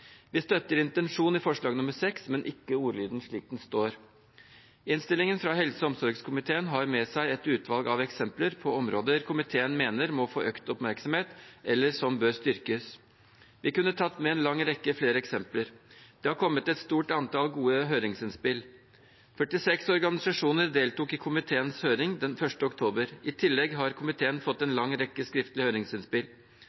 men ikke ordlyden slik den står. Innstillingen fra helse- og omsorgskomiteen har med seg et utvalg av eksempler på områder komiteen mener må få økt oppmerksomhet, eller som bør styrkes. Vi kunne tatt med en lang rekke flere eksempler. Det har kommet et stort antall gode høringsinnspill. 46 organisasjoner deltok i komiteens høring den 1. oktober. I tillegg har komiteen fått en